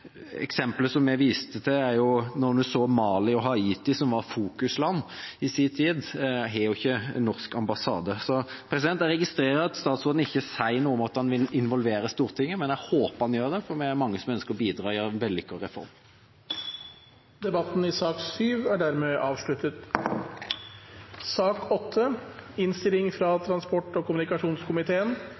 som vi viste til, var Mali og Haiti, som i sin tid var fokusland, og de har ikke hatt norsk ambassade. Jeg registrerer at statsråden ikke sier noe om at han vil involvere Stortinget, men jeg håper han gjør det, for vi er mange som ønsker å bidra til en vellykket reform. Flere har ikke bedt om ordet til sak nr. 7. Etter ønske fra transport- og kommunikasjonskomiteen